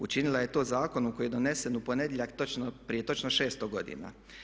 Učinila je to zakonom koji je donesen u ponedjeljak prije točno 600 godina.